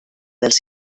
dels